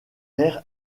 air